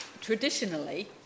Traditionally